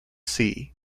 sea